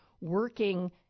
working